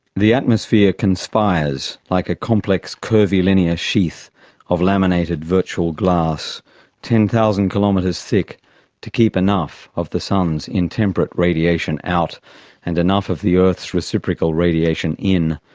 the atmosphere conspires, like a complex curvilinear curvilinear sheath of laminated virtual glass ten thousand kilometres thick to keep enough of the sun's intemperate radiation out and enough of the earth's reciprocal radiation in,